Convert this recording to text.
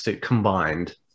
combined